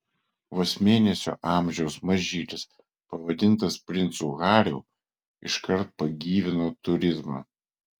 vos mėnesio amžiaus mažylis pavadintas princu hariu iškart pagyvino turizmą